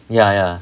ya ya